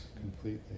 completely